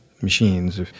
machines